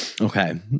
Okay